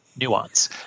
nuance